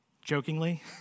jokingly